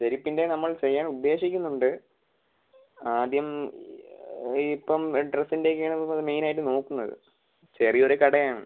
ചെരിപ്പിൻറ്റേ നമ്മൾ ചെയ്യാനുദ്ദേശിക്കുന്നുണ്ട് ആദ്യം ഈ ഇപ്പം ഡ്രസ്സിൻ്റെ ഒക്കെയാണ് ഇപ്പമത് മെയ്നായിട്ട് നോക്കുന്നത് ചെറിയൊരു കടയാണ്